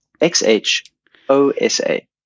X-H-O-S-A